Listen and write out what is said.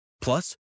Plus